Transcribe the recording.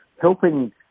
helping